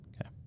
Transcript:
Okay